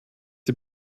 die